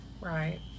Right